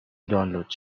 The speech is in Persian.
دانلود